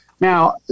Now